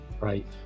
right